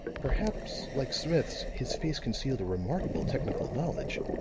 perhaps, like smith's, his face concealed a remarkable technical knowledge